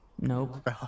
nope